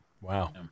Wow